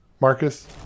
marcus